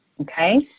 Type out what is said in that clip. Okay